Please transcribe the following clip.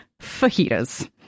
fajitas